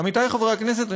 עמיתי חברי הכנסת,